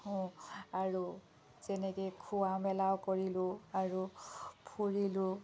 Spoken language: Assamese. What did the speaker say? আৰু যেনেকৈ খোৱা মেলাও কৰিলোঁ আৰু ফুৰিলোঁ